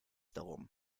darum